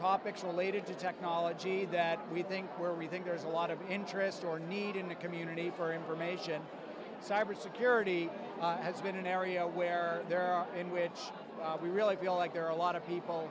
topics related to technology that we think where we think there's a lot of interest or need in the community for information cybersecurity has been an area where there are in which we really feel like there are a lot of people